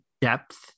depth